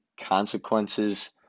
consequences